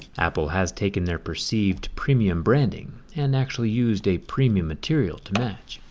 apple has taken their perceived premium branding and actually used a premium material to match.